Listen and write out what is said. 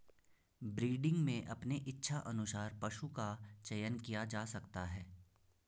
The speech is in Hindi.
ब्रीडिंग में अपने इच्छा अनुसार पशु का चयन किया जा सकता है